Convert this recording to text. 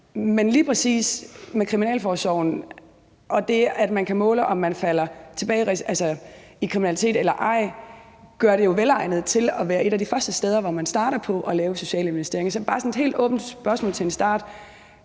Men lige præcis kriminalforsorgen, hvor man kan måle, om folk falder tilbage i kriminalitet eller ej, er jo velegnet til at være et af de første steder, man starter med at lave sociale investeringer. Så jeg har bare sådan et helt åbent spørgsmål til en start: